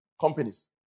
companies